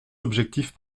objectifs